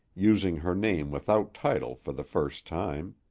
using her name without title for the first time.